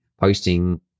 posting